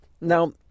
now